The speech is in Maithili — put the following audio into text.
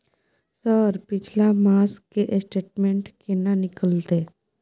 सर पिछला मास के स्टेटमेंट केना निकलते?